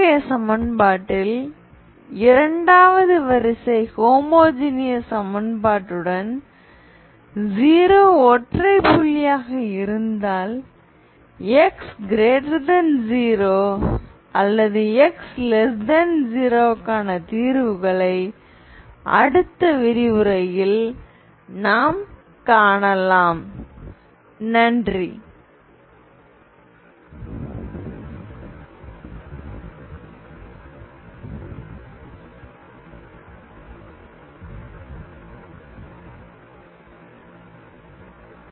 அத்தகைய சமன்பாட்டில் இரண்டாவது வரிசை ஹோமோஜீனியஸ் சமன்பாட்டுடன் 0 ஒற்றை புள்ளியாக இருந்தால் x0 அல்லது x0 க்கான தீர்வுகளை அடுத்த விரிவுரையில் நாம் காணலாம்